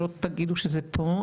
שלא תגידו שזה פה,